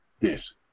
Yes